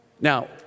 Now